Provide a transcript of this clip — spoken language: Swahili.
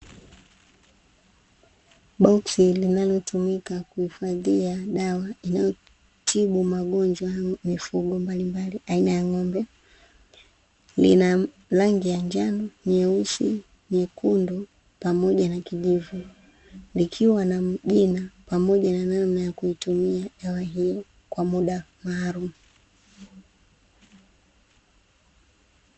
Boksi linalotumika kuhifadhia dawa inayotibu magonjwa ya mifugo mbalimbali aina ya ng'ombe, lina rangi ya njano, nyeusi, nyekundu pamoja na kijivu likiwa na jina pamoja na namna ya kuitumia dawa hiyo kwa mda maalumu.